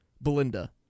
Belinda